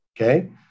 okay